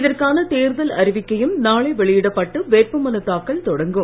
இதற்கான தேர்தல் அறிவிக்கையும் நாளை வெளியிடப்பட்டு வேட்புமனு தாக்கல் தொடங்கும்